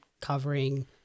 covering